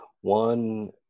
One